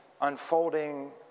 unfolding